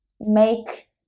make